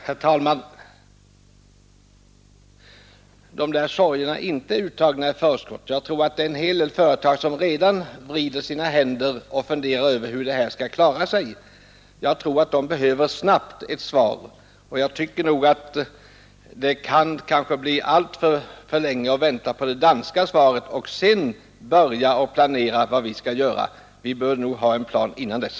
Herr talman! De där sorgerna är inte uttagna i förskott. Jag tror att det är en hel del företagsledare som redan vrider sina händer och funderar över hur företagen skall klara sig. Därför tror jag.att de behöver ett snabbt svar, och jag tycker nog att det kan ta alltför lång tid att vänta på det danska svaret och sedan börja planera vad vi skall göra. Vi bör ha en plan innan dess.